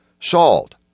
salt